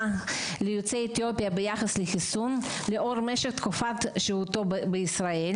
"יוצאי אתיופיה" ביחס לחיסון לאור משך תקופת השהות בישראל.